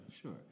Sure